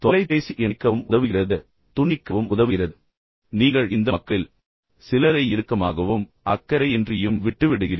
தொலைபேசி இணைக்க உதவுகிறது தொலைபேசி துண்டிக்க உதவுகிறது பின்னர் நீங்கள் இந்த மக்களில் சிலரை இறுக்கமாகவும் அக்கறையின்றியும் விட்டுவிடுகிறீர்கள்